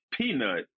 Peanut